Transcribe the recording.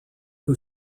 who